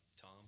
Tom